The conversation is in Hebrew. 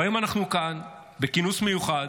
והיום אנחנו כאן, בכינוס מיוחד